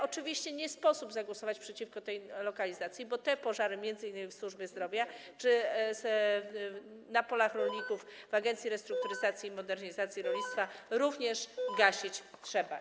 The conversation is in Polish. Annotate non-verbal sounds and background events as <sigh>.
Oczywiście nie sposób zagłosować przeciwko tej nowelizacji, bo te pożary m.in. w służbie zdrowia czy na polach rolników, <noise> w Agencji Restrukturyzacji i Modernizacji Rolnictwa również gasić trzeba.